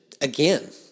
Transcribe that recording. again